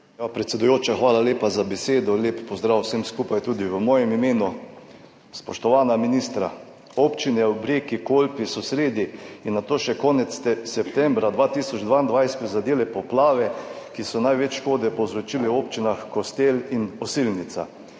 Predsedujoča, hvala lepa za besedo. Lep pozdrav vsem skupaj tudi v mojem imenu! Spoštovana ministra! Občine ob reki Kolpi so sredi in nato še konec septembra 2022 prizadele poplave, ki so največ škode povzročile v občinah Kostel in Osilnica.